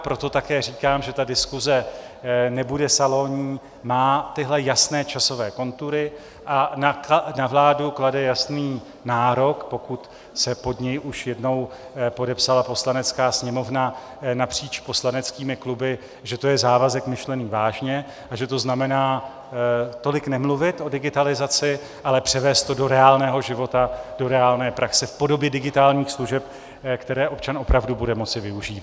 Proto také říkám, že ta diskuse nebude salonní, má tyhle jasné časové kontury a na vládu klade jasný nárok, pokud se pod něj už jednou podepsala Poslanecká sněmovna napříč poslaneckými kluby, že to je závazek myšlený vážně a že to znamená tolik nemluvit o digitalizaci, ale převést to do reálného života, do reálné praxe v podobě digitálních služeb, které občan opravdu bude moci využívat.